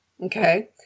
Okay